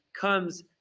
comes